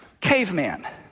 caveman